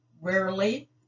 rarely